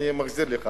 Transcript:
אני מחזיר לך.